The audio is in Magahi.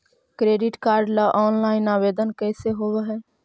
क्रेडिट कार्ड ल औनलाइन आवेदन कैसे होब है?